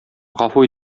гафу